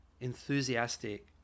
enthusiastic